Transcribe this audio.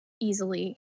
easily